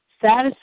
satisfied